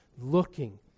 looking